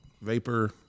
Vapor